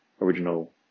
original